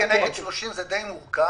אחד כנגד 30 זה די מורכב.